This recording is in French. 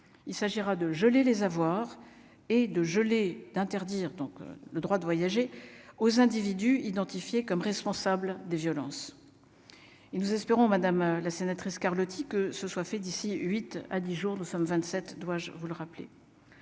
il s'agira de geler les avoirs et de geler, d'interdire donc le droit de voyager aux individus identifiés comme responsables des violences, il nous espérons madame la sénatrice Carlotti, que ce soit fait d'ici 8 à 10 jours, nous sommes 27, dois-je vous le rappeler,